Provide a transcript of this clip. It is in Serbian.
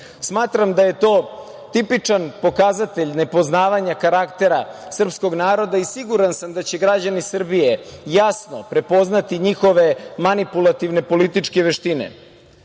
zemljom. Smatram da je to tipičan pokazatelj nepoznavanja karaktera srpskog naroda i siguran sam da će građani Srbije jasno prepoznati njihove manipulativne političke veštine. Želim